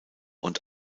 und